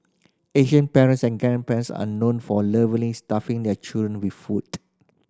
Asian parents and grandparents are known for a lovingly stuffing their children with food